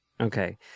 Okay